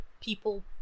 people